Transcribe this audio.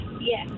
yes